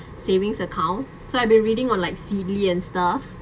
savings account so I'll be reading on like sibley and stuff